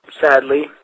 sadly